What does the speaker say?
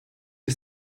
ist